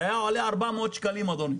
זה היה עולה 400 שקלים אדוני.